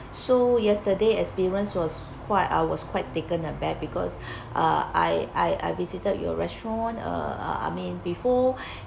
so yesterday experience was quite I was quite taken aback because uh I I I visited your restaurant uh I mean before